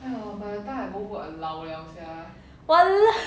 !walao!